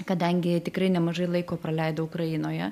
kadangi tikrai nemažai laiko praleidau ukrainoje